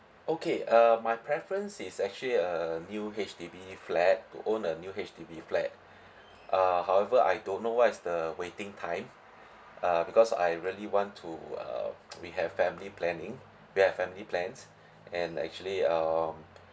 okay uh my preference is actually a new H_D_B flat to own a new H_D_B flat uh however I don't know what is the waiting time uh because I really want to err we have family planning we have family plans and actually um